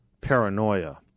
paranoia